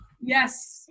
yes